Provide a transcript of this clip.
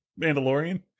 Mandalorian